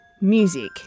Music